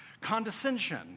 Condescension